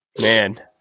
Man